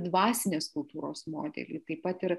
dvasinės kultūros modelį taip pat ir